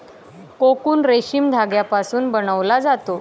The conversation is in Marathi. कोकून रेशीम धाग्यापासून बनवला जातो